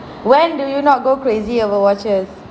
when do you not go crazy over watches